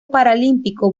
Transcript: paralímpico